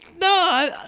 No